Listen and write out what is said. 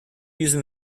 using